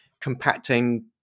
compacting